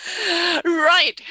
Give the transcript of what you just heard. right